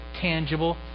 tangible